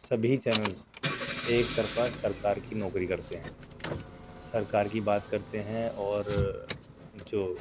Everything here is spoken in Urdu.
سبھی چینلس ایکطرفہ سرکار کی نوکری کرتے ہیں سرکار کی بات کرتے ہیں اور جو